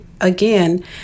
again